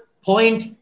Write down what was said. point